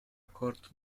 accord